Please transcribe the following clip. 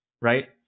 right